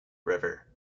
river